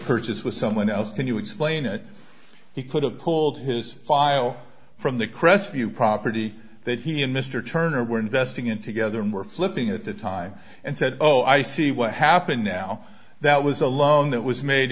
purchase with someone else can you explain it he could have pulled his file from the crestview property that he and mr turner were investing in together and were flipping at the time and said oh i see what happened now that was a loan that was made